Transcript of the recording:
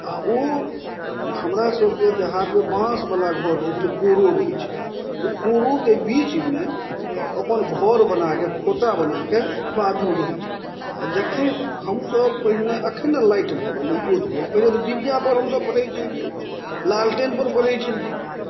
आओर ओ हमरा सबके देहातमे बाँसवला घर रहय छलय कोड़ो रहय छलै ओ कोड़ोके बीचमे अपन घर बनाकऽ खोता बनाकऽ बादुर रहय छलखिन आओर जखन हमसब पहिने एखन ने लाइट भऽ गेलय इजोत भऽ गेल पहिने तऽ डिबियापर हमसब पढ़य छलियै लालटेनपर पढ़य छलियै